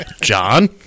John